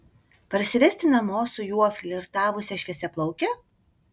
parsivesti namo su juo flirtavusią šviesiaplaukę